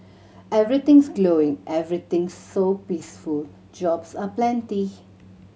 everything's glowing everything's so peaceful jobs are plenty